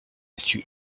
suis